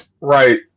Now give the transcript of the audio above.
Right